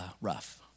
rough